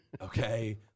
Okay